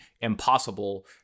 impossible